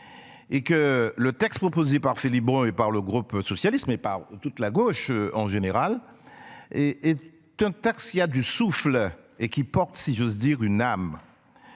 Et que le texte proposé par Philippe Brun et par le groupe socialiste mais pas toute la gauche en général et et un taxi a du souffle et qui porte si j'ose dire une âme.